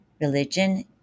religion